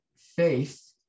Faith